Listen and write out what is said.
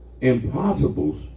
Impossibles